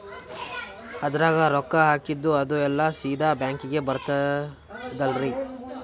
ಅದ್ರಗ ರೊಕ್ಕ ಹಾಕಿದ್ದು ಅದು ಎಲ್ಲಾ ಸೀದಾ ಬ್ಯಾಂಕಿಗಿ ಬರ್ತದಲ್ರಿ?